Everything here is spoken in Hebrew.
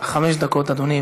חמש דקות, אדוני.